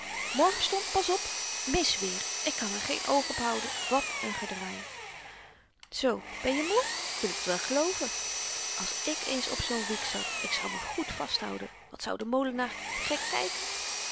morgenstond pas op mis weer ik kan r geen oog op houden wat n gedraai zoo ben je moê k wil t wel gelooven als ik eens op zoo'n wiek zat ik zou me goed vasthouden wat zou de molenaar gek kyken